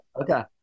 Okay